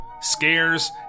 scares